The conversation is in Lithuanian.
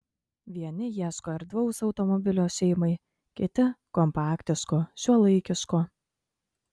vieni ieško erdvaus automobilio šeimai kiti kompaktiško šiuolaikiško